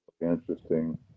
interesting